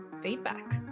feedback